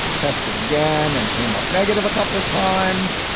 tested again and came up negative a couple times.